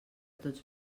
tots